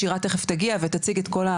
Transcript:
שירה תיכף תגיע ותציג את כל,